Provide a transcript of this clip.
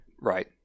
Right